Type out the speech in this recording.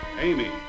Amy